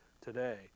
today